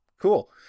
Cool